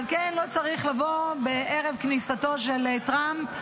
על כן, לא צריך לבוא בערב כניסתו של טראמפ,